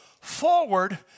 forward